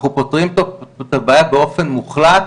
אנחנו פותרים את הבעיה באופן מוחלט,